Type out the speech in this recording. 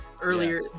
earlier